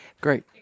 Great